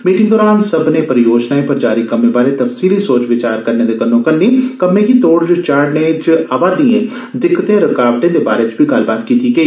meeting दौरान सब्मने परियोजनाएं पर जारी कम्मे बारै तफसीली सोच विचार करने दे कन्नो कन्नी कम्में गी तोड़ चाढ़ने च अवा'रदिएं दिक्कतें रूकावटें दे बारै च बी गल्लबात कीती गेई